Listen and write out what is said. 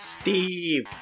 Steve